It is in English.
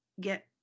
get